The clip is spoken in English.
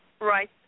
right